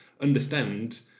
understand